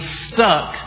stuck